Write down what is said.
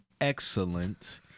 excellent